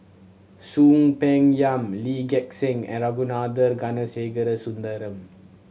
Soon Peng Yam Lee Gek Seng and Ragunathar Kanagasuntheram